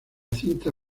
cinta